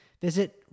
visit